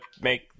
make